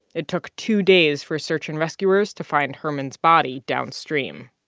it took two days for search and rescuers to find hermond's body downstream